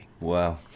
Wow